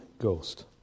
Ghost